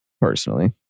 Personally